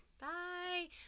Bye